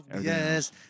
yes